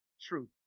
truth